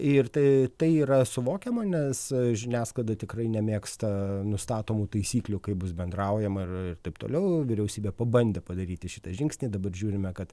ir tai tai yra suvokiama nes žiniasklaida tikrai nemėgsta nustatomų taisyklių kaip bus bendraujama ir taip toliau vyriausybė pabandė padaryti šitą žingsnį dabar žiūrime kad